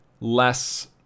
less